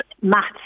maths